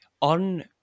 On